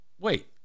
wait